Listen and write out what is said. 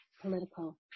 political